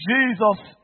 Jesus